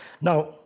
Now